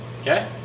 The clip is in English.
Okay